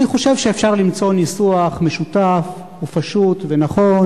אני חושב שאפשר למצוא ניסוח משותף ופשוט ונכון